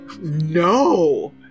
No